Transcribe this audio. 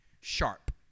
Sharp